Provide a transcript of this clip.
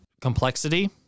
complexity